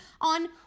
on